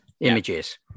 images